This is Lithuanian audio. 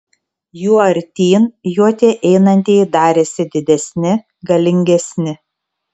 juo artyn juo tie einantieji darėsi didesni galingesni